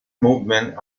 movement